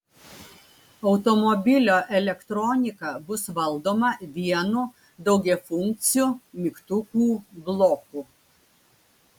automobilio elektronika bus valdoma vienu daugiafunkciu mygtukų bloku